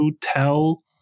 tell